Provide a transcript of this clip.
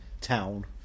town